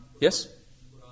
Yes